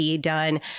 done